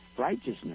righteousness